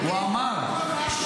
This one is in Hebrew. מי אמר את זה?